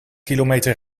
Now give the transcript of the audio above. kilometer